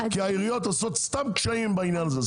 העיריות עושות סתם קשיים בעניין הזה,